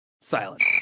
silence